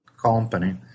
company